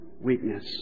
weakness